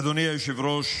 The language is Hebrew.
אדוני היושב-ראש,